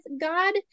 God